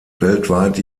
weltweit